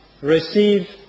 receive